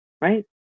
right